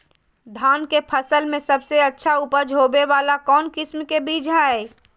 धान के फसल में सबसे अच्छा उपज होबे वाला कौन किस्म के बीज हय?